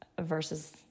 versus